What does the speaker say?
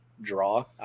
draw